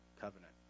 covenant